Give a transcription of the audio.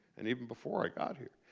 and even before i got here,